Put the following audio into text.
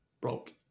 broke